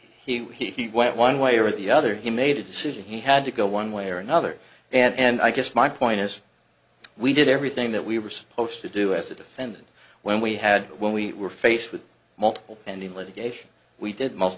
whether he went one way or the other he made a decision he had to go one way or another and i guess my point is we did everything that we were supposed to do as a defendant when we had when we were faced with multiple pending litigation we did most